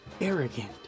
arrogant